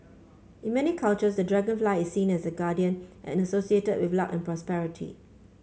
in many cultures the dragonfly is seen as a guardian and associated with luck and prosperity